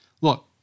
Look